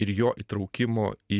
ir jo įtraukimo į